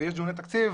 ויש דיוני תקציב,